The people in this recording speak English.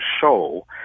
show